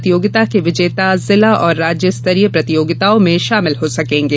प्रतियोगिता के विजेता जिला और राज्य स्तरीय प्रतियोगिता में शामिल हो सकेंगे